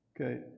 Okay